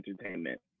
entertainment